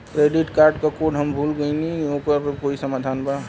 Credit card क code हम भूल गइली ओकर कोई समाधान बा?